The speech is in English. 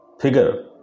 figure